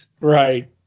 Right